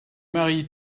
maris